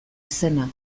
izena